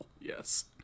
Yes